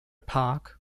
park